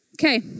Okay